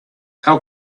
how